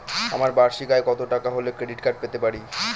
আমার বার্ষিক আয় কত টাকা হলে ক্রেডিট কার্ড পেতে পারি?